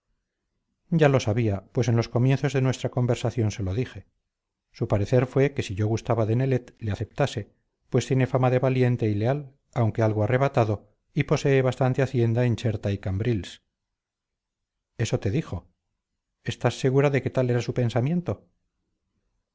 ya lo sabía pues en los comienzos de nuestra conversación se lo dije su parecer fue que si yo gustaba de nelet le aceptase pues tiene fama de valiente y leal aunque algo arrebatado y posee bastante hacienda en cherta y cambrils eso te dijo estás segura de que tal era su pensamiento